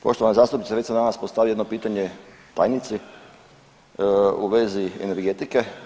Poštovana zastupnice, već sam danas postavio jedno pitanje tajnici u vezi energetike.